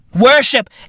Worship